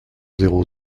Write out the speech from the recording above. zéro